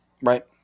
Right